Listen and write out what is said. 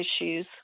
issues